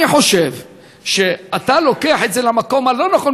אני חושב שאתה לוקח את זה למקום הלא-נכון